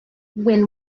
when